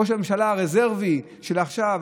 ראש הממשלה הרזרבי של עכשיו,